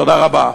תודה רבה.